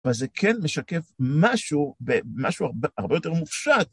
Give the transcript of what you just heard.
וזה כן משקף משהו, משהו הרבה יותר מופשט.